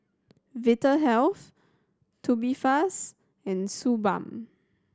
Vitahealth Tubifast and Suu Balm